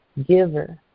giver